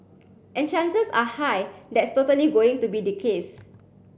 and chances are high that's totally going to be the case